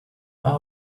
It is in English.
are